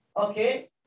okay